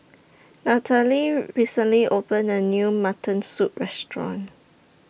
Natalee recently opened A New Mutton Soup Restaurant